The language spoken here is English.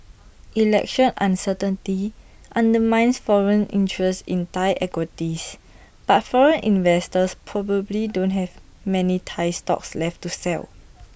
election uncertainty undermines foreign interest in Thai equities but overseas investors probably don't have many Thai stocks left to sell